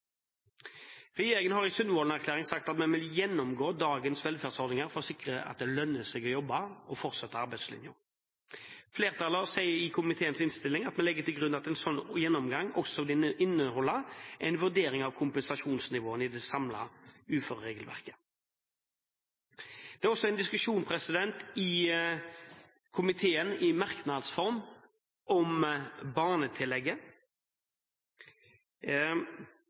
Regjeringen har i Sundvolden-erklæringen sagt at man vil gå gjennom dagens velferdsordninger for å sikre at det lønner seg å jobbe og fortsette arbeidslinjen. Flertallet sier i komiteens innstilling at vi legger til grunn at en slik gjennomgang også vil inneholde en vurdering av kompensasjonsnivåene i det samlede uføreregelverket. Det var også en diskusjon i komiteen, i merknadsform, om